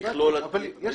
לפי מכלול השיקולים.